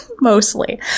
Mostly